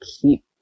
keep